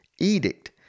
edict